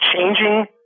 changing